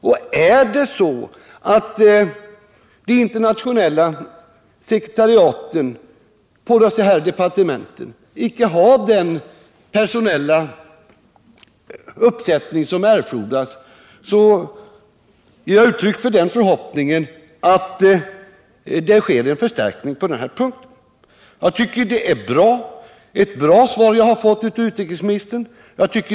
Om de internationella sekretariaten på de berörda departementen icke har den personella uppsättning som erfordras, ger jag uttryck för den förhoppningen att en förstärkning sker på denna punkt. Jag tycker att det är ett bra svar jag har fått av utrikesministern.